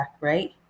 right